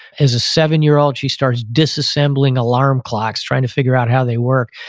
as a seven year old she starts disassembling alarm clocks trying to figure out how they work.